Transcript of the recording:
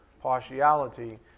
partiality